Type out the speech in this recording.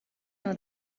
know